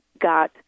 got